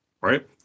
Right